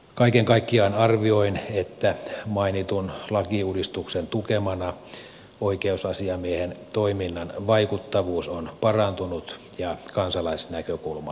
kaiken kaikkiaan arvioin että mainitun lakiuudistuksen tukemana oikeusasiamiehen toiminnan vaikuttavuus on parantunut ja kansalaisnäkökulma vahvistunut